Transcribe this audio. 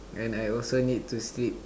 and I also need to sleep